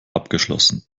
abgeschlossen